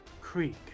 Creek